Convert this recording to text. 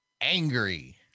angry